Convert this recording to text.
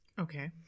Okay